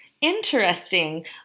Interesting